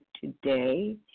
today